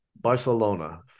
Barcelona